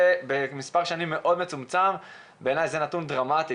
זה במספר שנים מאוד מצומצם ובעיני זה נתון דרמטי